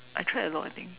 I tried a lot I think